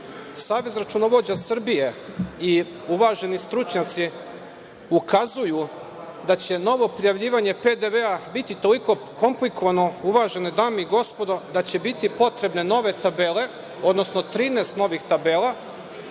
Savez računovođa Srbije i uvaženi stručnjaci ukazuju da će novo prijavljivanje PDV biti toliko komplikovano, uvažene dame i gospodo, da će biti potrebne nove tabele, odnosno 13 novih tabela